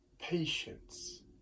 Patience